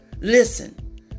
Listen